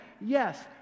Yes